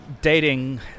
dating